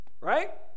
right